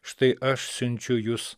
štai aš siunčiu jus